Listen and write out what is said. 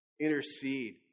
Intercede